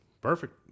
Perfect